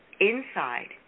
inside